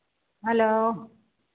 hello